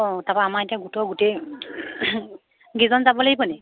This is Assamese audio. অঁ তাৰপৰা আমাৰ এতিয়া গোটৰ গোটেই কেইজন যাব লাগিব নেকি